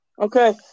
Okay